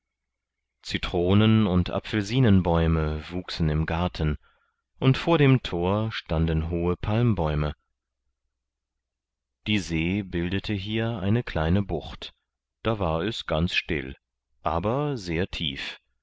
citronen und apfelsinenbäume wuchsen im garten und vor dem thor standen hohe palmbäume die see bildete hier eine kleine bucht da war es ganz still aber sehr tief